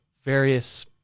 various